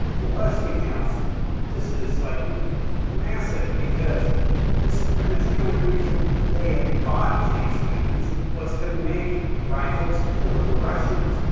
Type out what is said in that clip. for westinghouse this is, like massive. because this is pretty much the only reason that they had bought j. stevens, was to make rifles for the russians.